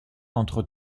entre